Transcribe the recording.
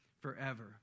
forever